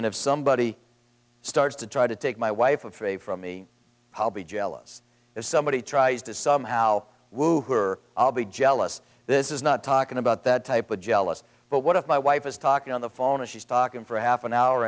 and if somebody starts to try to take my wife of three from me i'll be jealous if somebody tries to somehow woo hoo or i'll be jealous this is not talking about that type of jealous but what if my wife is talking on the phone and she's talking for half an hour